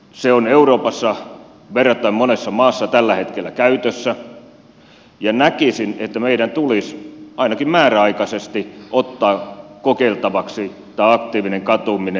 se on euroopassa verrattain monessa maassa tällä hetkellä käytössä ja näkisin että meidän tulisi ainakin määräaikaisesti ottaa kokeiltavaksi tämä aktiivinen katuminen